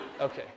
Okay